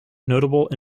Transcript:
notable